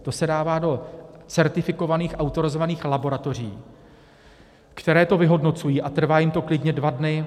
To se dává do certifikovaných autorizovaných laboratoři, které to vyhodnocují, a trvá jim to klidně dva dny.